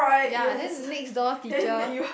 ya then next door teacher